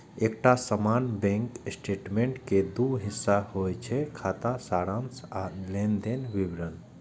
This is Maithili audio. एकटा सामान्य बैंक स्टेटमेंट के दू हिस्सा होइ छै, खाता सारांश आ लेनदेनक विवरण